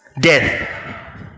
death